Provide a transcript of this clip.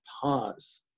pause